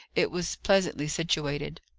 it was pleasantly situated.